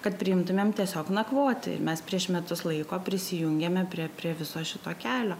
kad priimtumėm tiesiog nakvoti mes prieš metus laiko prisijungėme prie prie viso šito kelio